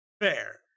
fair